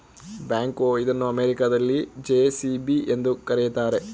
back ಹೋ ಇದನ್ನು ಅಮೆರಿಕದಲ್ಲಿ ಜೆ.ಸಿ.ಬಿ ಎಂದು ಕರಿತಾರೆ